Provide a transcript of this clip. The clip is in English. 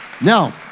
Now